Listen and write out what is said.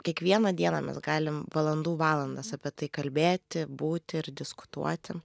kiekvieną dieną mes galim valandų valandas apie tai kalbėti būti ir diskutuoti